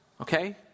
okay